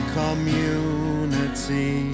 community